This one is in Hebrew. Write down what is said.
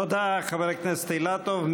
תודה, חבר הכנסת אילטוב.